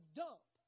dump